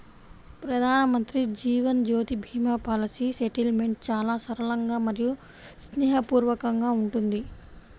ప్రధానమంత్రి Jeevan Jyoti Bima policy settlement చాలా సరళంగా మరియు స్నేహపూర్వకంగా ఉంటుంది